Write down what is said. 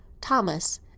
thomas